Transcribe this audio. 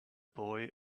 boy